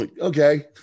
okay